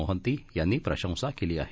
मोहंती यांनी प्रशंसा केली आहे